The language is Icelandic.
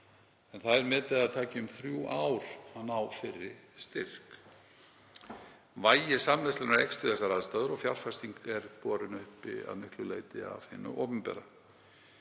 er metið að það taki um þrjú ár að ná fyrri styrk. Vægi samneyslunnar eykst við þessar aðstæður og fjárfesting er borin uppi að miklu leyti af hinu opinbera.